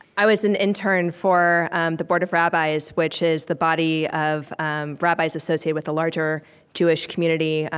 i was an intern for um the board of rabbis, which is the body of um rabbis associated with the larger jewish community,